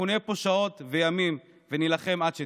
אנחנו נהיה פה שעות וימים ונילחם עד שתיפלו.